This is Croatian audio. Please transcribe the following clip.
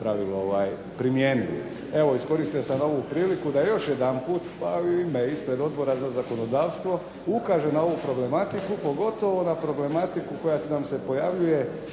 pravilo primijenili. Evo iskoristio sam ovu priliku da još jedanput, pa u ime, ispred Odbora za zakonodavstvo, ukaže na ovu problematiku, pogotovo na problematiku koja nam se pojavljuje